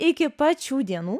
iki pat šių dienų